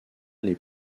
les